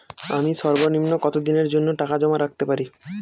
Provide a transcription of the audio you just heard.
আমি সর্বনিম্ন কতদিনের জন্য টাকা জমা রাখতে পারি?